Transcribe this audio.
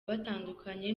batandukanye